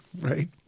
Right